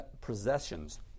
possessions